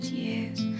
years